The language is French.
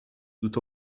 tout